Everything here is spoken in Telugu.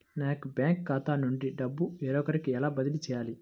నా యొక్క బ్యాంకు ఖాతా నుండి డబ్బు వేరొకరికి ఎలా బదిలీ చేయాలి?